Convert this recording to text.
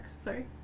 sorry